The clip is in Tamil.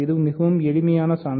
இது மிகவும் எளிதான சான்று